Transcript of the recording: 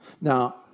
Now